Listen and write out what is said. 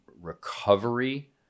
recovery